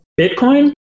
Bitcoin